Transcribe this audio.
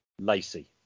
Lacey